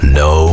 no